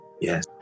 Yes